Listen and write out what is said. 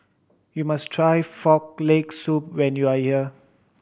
you must try Frog Leg Soup when you are here